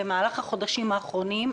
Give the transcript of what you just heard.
במהלך החודשים האחרונים,